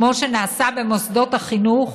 כמו שנעשה במוסדות החינוך,